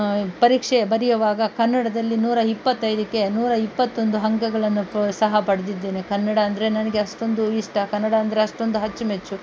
ಪರೀಕ್ಷೆ ಬರೆಯೋವಾಗ ಕನ್ನಡದಲ್ಲಿ ನೂರ ಇಪ್ಪತ್ತೈದಕ್ಕೆ ನೂರ ಇಪ್ಪತ್ತೊಂದು ಅಂಕಗಳನ್ನು ಪ ಸಹ ಪಡೆದಿದ್ದೇನೆ ಕನ್ನಡ ಅಂದರೆ ನನಗೆ ಅಷ್ಟೊಂದು ಇಷ್ಟ ಕನ್ನಡ ಅಂದರೆ ಅಷ್ಟೊಂದು ಅಚ್ಚುಮೆಚ್ಚು